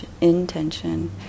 intention